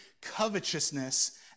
covetousness